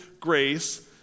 grace